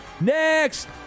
Next